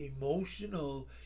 emotional